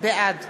בעד